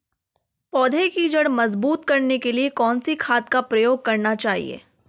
पौधें की जड़ मजबूत करने के लिए कौन सी खाद का प्रयोग करना चाहिए?